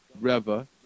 Reva